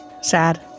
Sad